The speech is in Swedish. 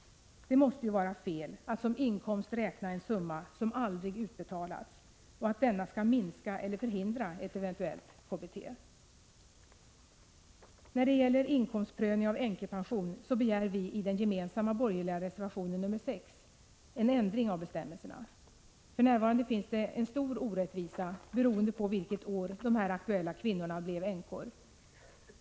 Det måste ju vara fel att som inkomst räkna en summa som aldrig utbetalats och att denna skall minska eller förhindra ett eventuellt KBT. När det gäller inkomstprövning av änkepension begär vi i den gemensamma borgerliga reservationen 6 en ändring av bestämmelserna. För närvarande finns det en stor orättvisa beroende på vilket år de här aktuella kvinnorna blev änkor.